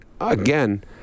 again